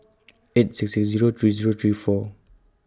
eight six six Zero three Zero three four